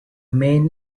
main